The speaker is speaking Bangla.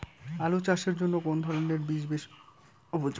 আলু চাষের জন্য কোন ধরণের বীজ বেশি উপযোগী?